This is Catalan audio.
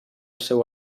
seu